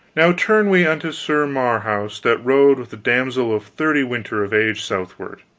now turn we unto sir marhaus that rode with the damsel of thirty winter of age southward.